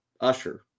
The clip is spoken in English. Usher